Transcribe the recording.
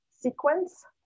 sequence